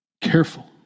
Careful